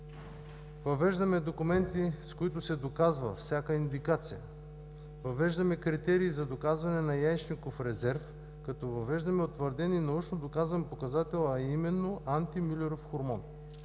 Въвеждаме документи, с които се доказва всяка индикация. Въвеждаме критерий за доказване на яйчников резерв, като въвеждаме утвърден и научно доказан показател, а именно: Антимюлеров хормон